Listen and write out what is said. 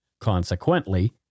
Consequently